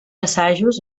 assajos